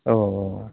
औ